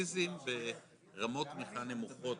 השאלה אם אנחנו מתייחסים לאמירה כללית,